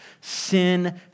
Sin